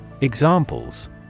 Examples